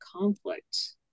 conflict